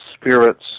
spirits